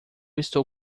estou